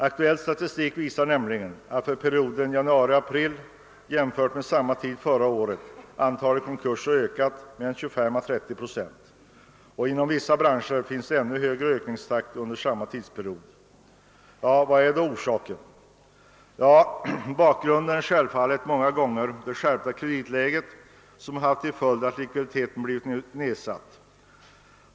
Aktuell statistik visar nämligen att antalet konkurser under perioden januari —april i år, jämfört med samma tid förra året, ökat med 25—30 procent. Inom vissa branscher är ökningstakten ännu högre under :samma tidsperiod. Vad är då orsaken? Bakgrunden är självfallet många gånger det skärpta kreditläget som haft till följd att likviditeten blivit nedsatt.